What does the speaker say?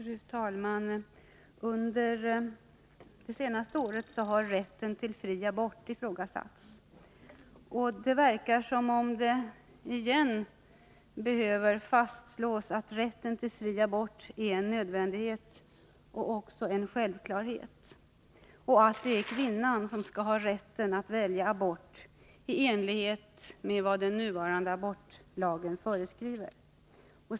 Fru talman! Under det senaste året har rätten till fri abort ifrågasatts. Det verkar som om det åter behöver fastslås att rätten till fri abort är en nödvändighet och en självklarhet och att det är kvinnan som skall ha rätten att välja abort, i enlighet med vad den nuvarande abortlagen föreskriver.